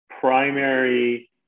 primary